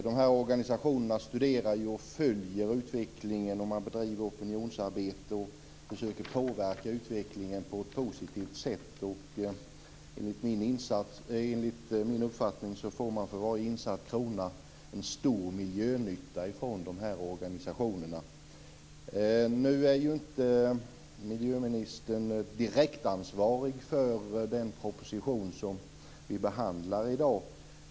De organisationerna studerar och följer utvecklingen, bedriver opinionsarbete och försöker påverka utvecklingen på ett positivt sätt. Enligt min uppfattning får man för varje insatt krona en stor miljönytta från dessa organisationer. Nu är inte miljöministern direkt ansvarig för den proposition som vi behandlar i dag.